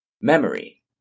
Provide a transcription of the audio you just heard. Memory